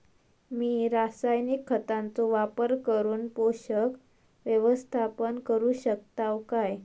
मी रासायनिक खतांचो वापर करून पोषक व्यवस्थापन करू शकताव काय?